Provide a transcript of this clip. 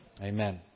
Amen